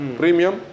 premium